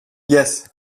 yes